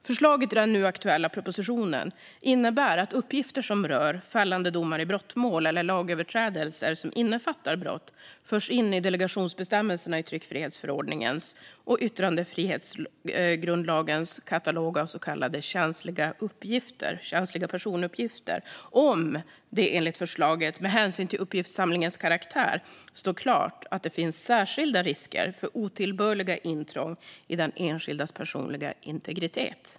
Förslaget i den nu aktuella propositionen innebär att uppgifter som rör fällande domar i brottmål eller lagöverträdelser som innefattar brott förs in i delegationsbestämmelserna i tryckfrihetsförordningens och yttrandefrihetsgrundlagens katalog av så kallade känsliga personuppgifter - om det, enligt förslaget, med hänsyn till uppgiftssamlingens karaktär står klart att det finns särskilda risker för otillbörliga intrång i enskildas personliga integritet.